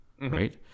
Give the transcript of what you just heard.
Right